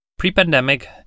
Pre-pandemic